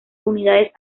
unidades